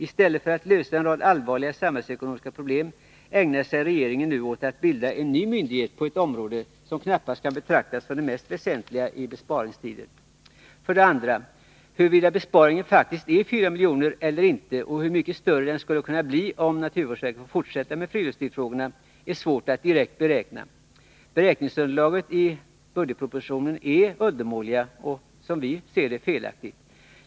I stället för att lösa en rad allvarliga samhällsekonomiska problem ägnar sig regeringen nu åt att bilda en ny myndighet på ett område som knappast kan betraktas som det mest väsentliga i dessa besparingstider. 2. Huruvida besparingen faktiskt är 4 miljoner eller inte och hur mycket större den skulle kunna bli, om statens naturvårdsverk får fortsätta med friluftslivsfrågorna, är svårt att direkt beräkna. Beräkningsunderlaget i budgetpropositionen är undermåligt och, som vi ser det, felaktigt.